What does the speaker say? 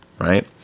right